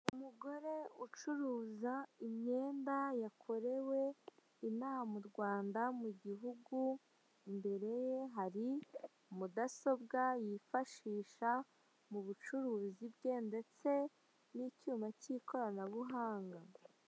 Umugore ucuruza imyenda yakorewe inaha mu Rwanda mu gihugu, imbere ye hari mudasobwa yifashisha mu bucuruzi bwe ndetse n'icyuma cy'ikoranabuhanga.